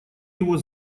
его